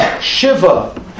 Shiva